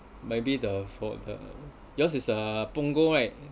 maybe the for the yours it's uh Punggol right